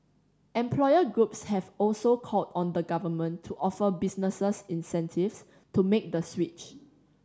employer groups have also called on the Government to offer businesses incentives to make the switch